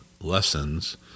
lessons